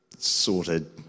sorted